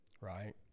right